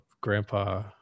Grandpa